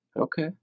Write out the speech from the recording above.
Okay